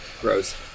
gross